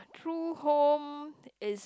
true home is